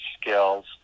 skills